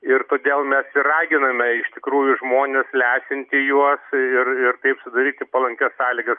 ir todėl mes ir raginame iš tikrųjų žmones lesinti juos ir ir taip sudaryti palankias sąlygas